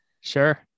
sure